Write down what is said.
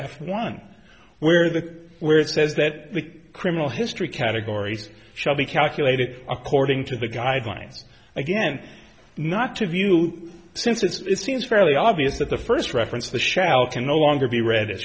f one where the where it says that the criminal history categories shall be calculated according to the guidelines again not to view since it seems fairly obvious that the first reference to shall can no longer be read